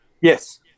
Yes